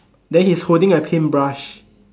then he's holding a paintbrush